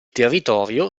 territorio